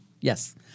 yes